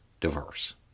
diverse